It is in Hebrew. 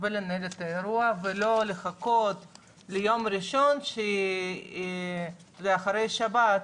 ולנהל את האירוע ולא לחכות ליום ראשון אחרי שבת